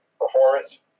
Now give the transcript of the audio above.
performance